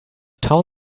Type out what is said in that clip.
town